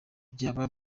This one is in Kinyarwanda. byaba